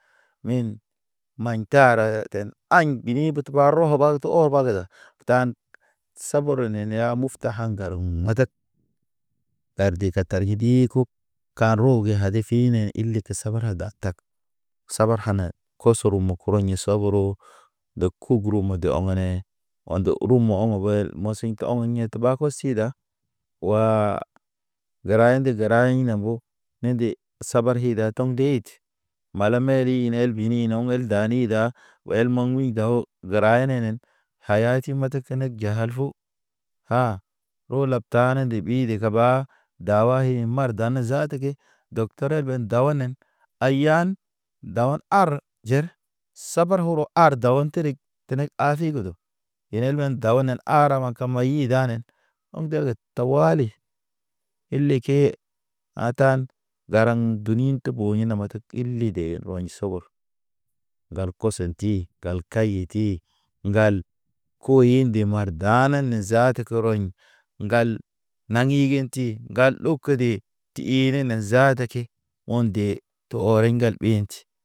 Min maɲ taare ten aɲ bini bet bak rɔ bak to bagdan tan. Saburɔ ne neya mukta ha ŋgaran majak. Ɗar de ka tar i ɗi ko, kan roge hade kine ile ke sabara da tak, sabar hane, kosoro mo kurɔɲ saboro. De kuburu mə de ɔŋne, o̰ de uru mo̰ wel mo̰ siŋta o̰ŋ ɲe ta. Teba ko si da, waa, gəra indi gəra in a mbo. Nende, sabar hi da toŋ ndeyt, mala meli nel bini naw el dani da, wel mɔŋ ni daw, gəra ene nen. Haya ti matkene jahalho, ha o labtane de ɓi de kaba. Da wa ye mar dan zaata ke, dɔktərə ben dawanen. Ayan dawan arə jen sabar urɔ arə dawa̰ terek, tenek a si godo. Eli men dawanen ara ma tama i danen, ɔm deged tawali, ile ke a tan, karaŋ duni bo ina ma to ile derɔn sɔbɔ. Gal kɔsɔ di, gal kaye di ŋgal koyi nde mar gaana ne zaata ke rɔɲ. Ŋgal naŋgi ginti, ŋgal ɗow kədi, ti iri ne zaata. O̰ nde te ɔri ŋgal ben